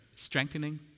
strengthening